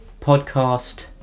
podcast